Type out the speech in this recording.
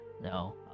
No